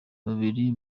kabiri